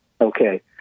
Okay